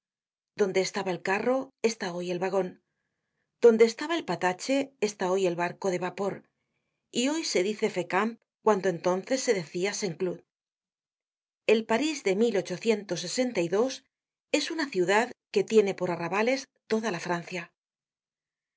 donde estaba el carro está hoy el wagon donde estaba el patache está hoy el barco de vapor y hoy se dicefecamp como entonces se decia saint cloud el parís de es una ciudad que tiene por arrabales toda la francia